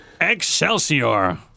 Excelsior